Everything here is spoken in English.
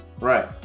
right